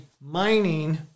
mining